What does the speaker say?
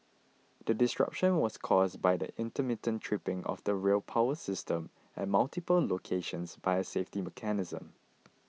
the disruption was caused by the intermittent tripping of the rail power system at multiple locations by a safety mechanism